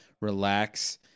relax